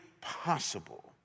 possible